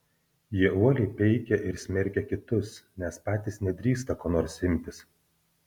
jie uoliai peikia ir smerkia kitus nes patys nedrįsta ko nors imtis